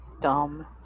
Dumb